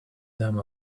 them